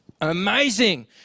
amazing